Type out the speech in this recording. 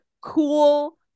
Cool